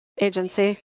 agency